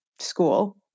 school